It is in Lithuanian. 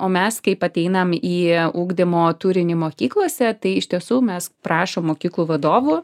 o mes kaip ateinam į ugdymo turinį mokyklose tai iš tiesų mes prašom mokyklų vadovų